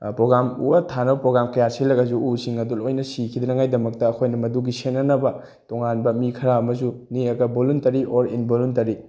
programme ꯎ ꯋꯥ ꯊꯥꯅꯕ ꯄ꯭ꯔꯣꯒ꯭ꯔꯥꯝ ꯀꯌꯥ ꯁꯤꯜꯂꯒꯁꯨ ꯎꯁꯤꯡ ꯑꯗꯨ ꯂꯣꯏꯅ ꯁꯤꯈꯤꯗꯅꯉꯥꯏꯒꯤꯗꯃꯛꯇ ꯑꯩꯈꯣꯏꯅ ꯃꯗꯨꯒꯤ ꯁꯦꯟꯅꯅꯕ ꯇꯣꯉꯥꯟꯕ ꯃꯤ ꯈꯔ ꯑꯃꯁꯨ ꯅꯦꯛꯑꯒ ꯚꯣꯂꯨꯟꯇꯔꯤ ꯑꯣꯔ ꯏꯟꯚꯣꯂꯨꯟꯇꯔꯤ